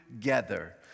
together